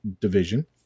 division